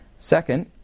Second